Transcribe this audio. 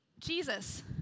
Jesus